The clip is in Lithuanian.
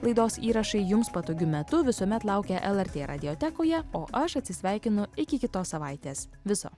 laidos įrašai jums patogiu metu visuomet laukia lrt radiotekoje o aš atsisveikinu iki kitos savaitės viso